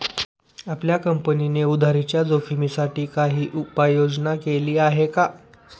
आपल्या कंपनीने उधारीच्या जोखिमीसाठी काही उपाययोजना केली आहे का?